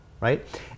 right